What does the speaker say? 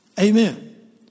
Amen